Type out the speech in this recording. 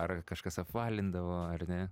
ar kažkas apvalindavo ar ne